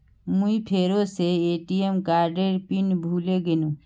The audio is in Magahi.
मुई फेरो से ए.टी.एम कार्डेर पिन भूले गेनू